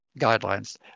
guidelines